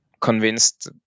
convinced